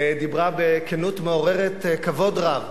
בכנות מעוררת כבוד רב,